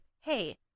hey